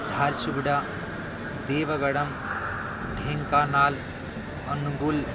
झार्सुगुडा देवगडम् ढेङ्कानाल् अन्गुल्